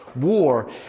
war